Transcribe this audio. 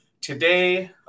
Today